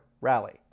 rally